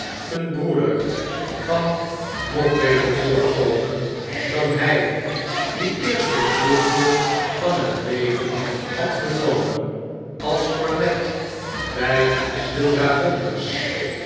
een broeder van nog beter voorkomen dan hij die eerst een proefje van het leven had genomen als kornet bij de